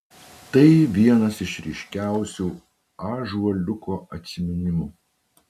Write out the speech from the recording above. tai vienas iš ryškiausių ąžuoliuko atsiminimų